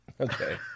Okay